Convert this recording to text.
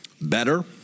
Better